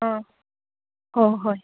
ꯑꯥ ꯍꯣꯏ ꯍꯣꯏ